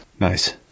Nice